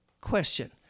Question